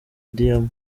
diyama